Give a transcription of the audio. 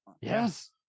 Yes